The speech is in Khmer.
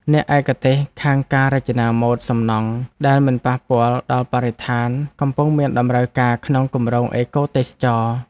អ្នកឯកទេសខាងការរចនាម៉ូដសំណង់ដែលមិនប៉ះពាល់ដល់បរិស្ថានកំពុងមានតម្រូវការក្នុងគម្រោងអេកូទេសចរណ៍។